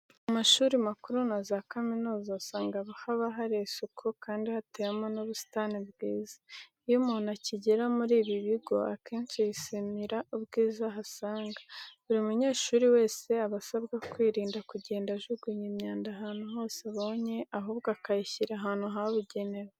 Mu mashuri makuru na za kaminuza usanga haba hari isuku kandi hateyemo n'ubusitani bwiza. Iyo umuntu akigera muri ibi bigo, akenshi yishimira ubwiza ahasanga. Buri munyeshuri wese aba asabwa kwirinda kugenda ajugunya imyanda ahantu hose abonye ahubwo akayishyira ahantu habugenewe.